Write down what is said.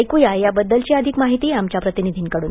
ऐकू या त्याबद्दलची अधिक माहिती आमच्या प्रतिनिधीकडून